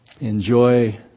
Enjoy